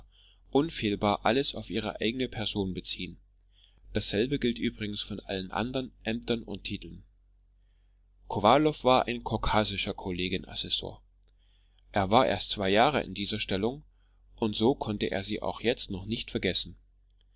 unfehlbar alles auf ihre eigene person beziehen dasselbe gilt übrigens von allen andern ämtern und titeln kowalow war ein kaukasischer kollegien assessor er war erst zwei jahre in dieser stellung und so konnte er sie auch jetzt noch nicht vergessen